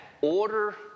order